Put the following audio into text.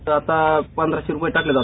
तर आता पंधराशे रुपये टाकलेत